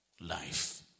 life